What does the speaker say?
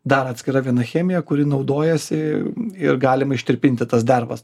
dar atskira viena chemija kuri naudojasi ir galima ištirpinti tas dervas